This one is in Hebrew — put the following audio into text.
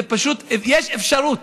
פשוט יש אפשרות,